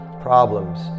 problems